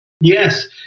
Yes